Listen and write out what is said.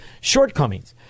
shortcomings